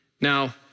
Now